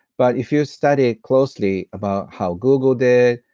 but if you study closely about how google did,